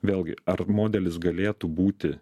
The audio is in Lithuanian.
vėlgi ar modelis galėtų būti